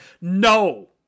no